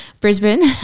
Brisbane